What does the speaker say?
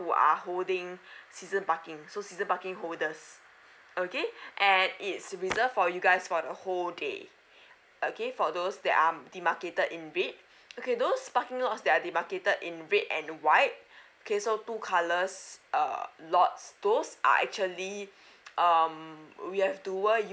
who are holding season parking so season parking holders okay and it's reserved for you guys for the whole day okay for those that are um they marked it in red okay those parking lots that they marked it in red and white okay so two colours uh lots those are actually um we have dual used